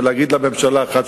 ולהגיד לממשלה: 1,